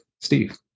Steve